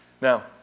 Now